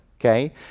Okay